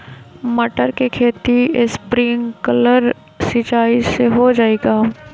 मटर के खेती स्प्रिंकलर सिंचाई से हो जाई का?